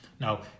Now